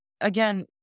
again